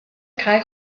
cae